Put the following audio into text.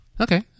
Okay